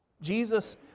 Jesus